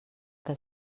que